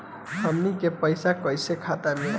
हमन के पईसा कइसे खाता में आय?